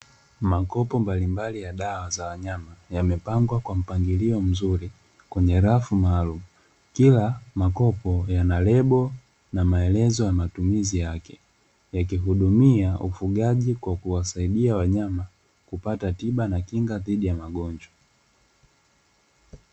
Makopo mbalimbali ya dawa za wanyama, yamepangwa kwa mpangilio mzuri kwenye rafu maalumu. Kila makopo yana lebo na maelezo ya matumizi yake, yakihudumia ufugaji kwa kuwasaidia wanyama kupata tiba na kinga dhidi ya magonjwa.